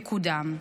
יקודם,